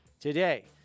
today